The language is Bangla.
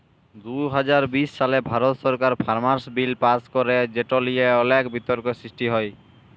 দু হাজার বিশ সালে ভারত সরকার ফার্মার্স বিল পাস্ ক্যরে যেট লিয়ে অলেক বিতর্ক সৃষ্টি হ্যয়